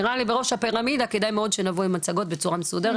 נראה לי בראש הפירמידה כדאי מאוד שנבוא עם מצגות בצורה מסודרת,